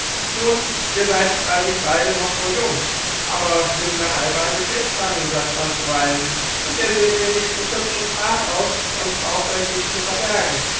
nun ihr seid freilich beide noch wohl jung aber jung geheiratet lebt lang sagt man zuweilen und ihr seht wenigstens hübsch und brav aus und braucht euch nicht zu verbergen